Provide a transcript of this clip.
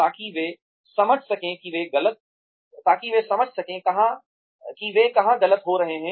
ताकि वे समझ सकें कि वे कहां गलत हो रहे हैं